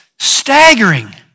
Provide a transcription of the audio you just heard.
staggering